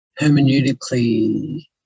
hermeneutically